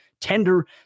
tender